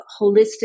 holistic